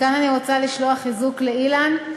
מכאן אני רוצה לשלוח חיזוק לאילן,